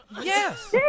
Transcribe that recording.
yes